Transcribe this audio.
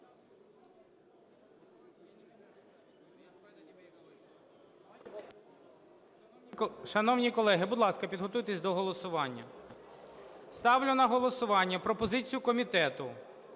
Шановні колеги, підготуйтесь до голосування. Ставлю на голосування пропозицію комітету